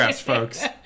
folks